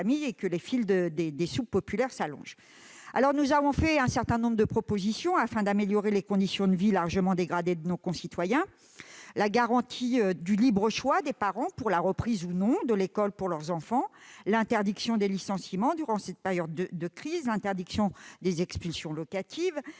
devant les soupes populaires. Nous avons fait un certain nombre de propositions, afin d'améliorer les conditions de vie largement dégradées de nos concitoyens : garantie du libre choix des parents pour ce qui concerne la reprise ou non de l'école par leurs enfants, interdiction des licenciements durant cette période de crise, interdiction des expulsions locatives,